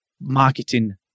marketing